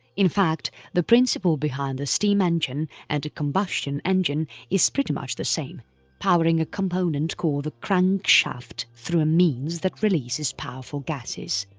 in fact, the principle behind the steam engine and combustion engine is pretty much the same powering a component called the crankshaft through a means that releases powerful gases.